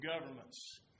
governments